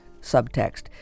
subtext